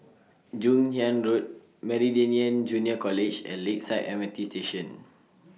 Joon Hiang Road Meridian Junior College and Lakeside M R T Station